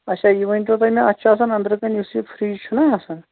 اَچھا یہِ ؤنۍتَو تُہۍ مےٚ اَتھ چھُ آسان أنٛدرٕ کَنہِ یُس یہِ فرٛج چھُنا آسان